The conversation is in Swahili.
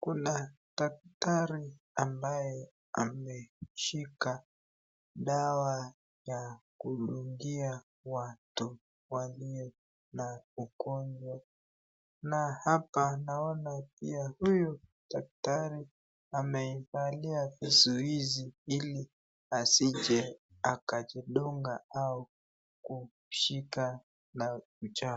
kuna daktari ambaye ameshika dawa ya kudungia watu walio na ugonjwa. Na hapa naona pia huyu daktari amevalia kisuizi ili asije akajidunga au kushika na uchafu.